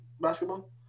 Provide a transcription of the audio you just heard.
basketball